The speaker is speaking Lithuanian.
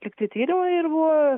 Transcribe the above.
lygtai tyrimai ir buvo